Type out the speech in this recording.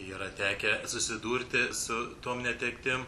yra tekę susidurti su tom netektim